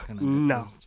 No